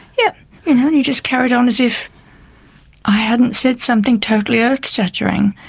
yeah and he just carried on as if i hadn't said something totally earthshattering.